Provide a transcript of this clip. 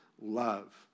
love